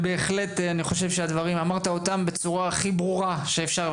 בהחלט, הדברים שלך אמרת בצורה הכי ברורה שאפשר.